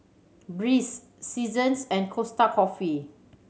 Breeze Seasons and Costa Coffee